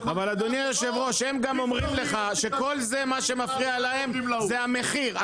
אדוני יושב הראש הם אומרים לך שכל מה שמפריע להם זה המחיר.